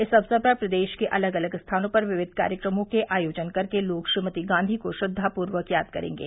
इस अवसर पर प्रदेश के अलग अलग स्थानों पर विविद्व कार्यक्रमों के आयोजन कर के लोग श्रीमती गांधी श्रद्वापूर्वक याद करेंगे